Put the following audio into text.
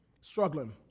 struggling